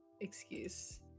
excuse